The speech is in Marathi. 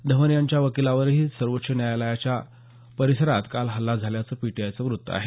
धवन यांच्या वकिलावरही सर्वोच्च न्यायलयाच्या परिसरात काल हल्ला झाल्याचं पिटीआयचं वृत्त आहे